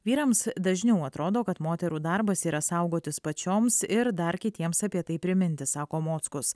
vyrams dažniau atrodo kad moterų darbas yra saugotis pačioms ir dar kitiems apie tai priminti sako mockus